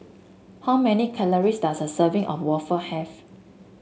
how many calories does a serving of waffle have